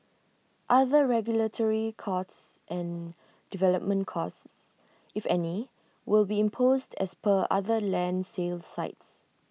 other regulatory costs and development costs if any will be imposed as per other land sales sites